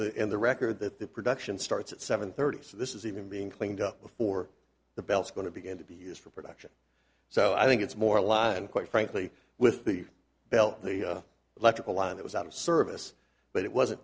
the in the record that the production starts at seven thirty so this is even being cleaned up before the bells going to begin to be used for production so i think it's more aligned quite frankly with the bell electrical line that was out of service but it wasn't